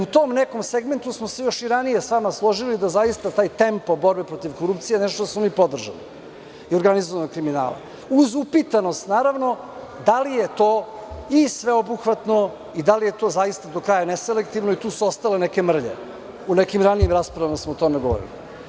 U tom nekom segmentu smo se i ranije složili da zaista taj tempo borbe protiv korupcije, nešto što smo mi podržali i organizovanog kriminala, uz upitanost, naravno, da li je to i sveobuhvatno i da li je to do kraja neselektivno i tu su ostale neke mrlje, a u nekim ranijim raspravama smo o tome govorili.